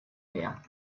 mehr